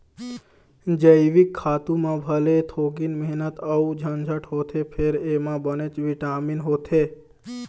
जइविक खातू म भले थोकिन मेहनत अउ झंझट होथे फेर एमा बनेच बिटामिन होथे